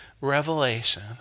revelation